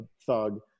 thug